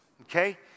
okay